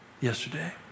yesterday